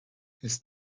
his